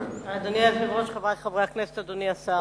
אדוני היושב-ראש, חברי חברי הכנסת, אדוני השר,